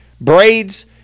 braids